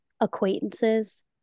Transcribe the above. acquaintances